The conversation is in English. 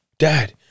Dad